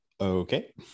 Okay